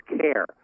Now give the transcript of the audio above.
care